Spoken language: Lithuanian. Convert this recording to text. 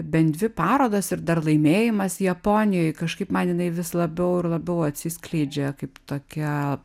bent dvi parodos ir dar laimėjimas japonijoj kažkaip man jinai vis labiau ir labiau atsiskleidžia kaip tokia